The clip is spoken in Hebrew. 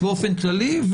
באופן כללי,